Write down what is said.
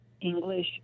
English